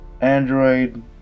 Android